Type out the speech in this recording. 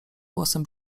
głosem